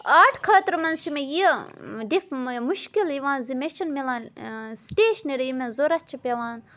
art خٲطرٕ منٛز چھِ مےٚ یہِ ڈِف مُشکِل یِوان زِ مےٚ چھِ نہٕ میلان سِٹیشنٔری یہِ مےٚ ضروٗرت چھِ پٮ۪وان